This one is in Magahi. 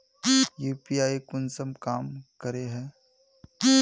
यु.पी.आई कुंसम काम करे है?